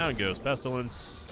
ah goes best on once